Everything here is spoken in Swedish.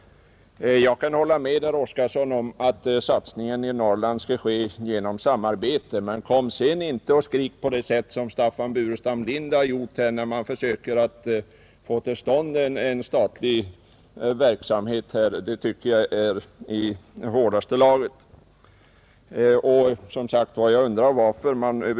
Jag kan hålla med herr Oskarsson om att satsningen i Norrland bör ske genom samarbete, Men kom sedan inte och skrik på det sätt som herr Staffan Burenstam Linder gjort när man försöker få till stånd en statlig verksamhet. Det tycker jag är i hårdaste laget.